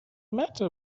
matter